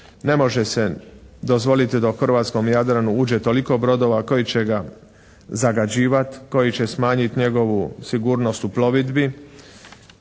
ne može se dozvoliti da u hrvatskom Jadranu uđe toliko brodova koji će ga zagađivat, koji će smanjit njegovu sigurnost u plovidbi